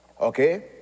Okay